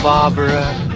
Barbara